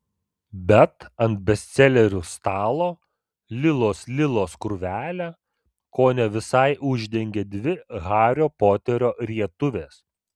bet ant bestselerių stalo lilos lilos krūvelę kone visai uždengė dvi hario poterio rietuvės